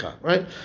Right